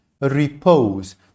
repose